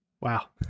Wow